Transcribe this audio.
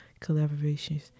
collaborations